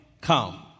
come